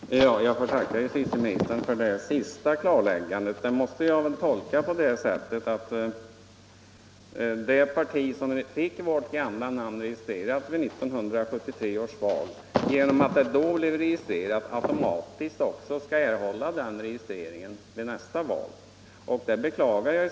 Herr talman! Jag får tacka justitieministern för det klarläggandet. Det måste jag väl tolka på det sättet att det parti som fick vårt gamla namn registrerat vid 1973 års val automatiskt får det registrerat också vid nästa val. Det beklagar jag.